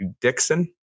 Dixon